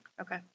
Okay